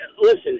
listen